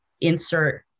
insert